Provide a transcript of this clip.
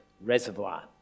Reservoir